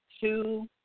two